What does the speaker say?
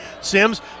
Sims